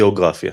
גאוגרפיה